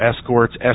escorts